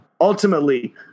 Ultimately